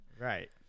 right